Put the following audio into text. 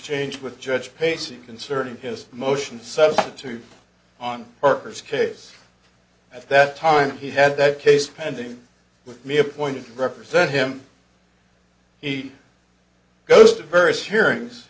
change with judge pacing concerning his motion substitute on parker's case at that time he had that case pending with me appointed to represent him he goes to various hearings